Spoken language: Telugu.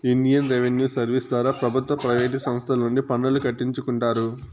ఇండియన్ రెవిన్యూ సర్వీస్ ద్వారా ప్రభుత్వ ప్రైవేటు సంస్తల నుండి పన్నులు కట్టించుకుంటారు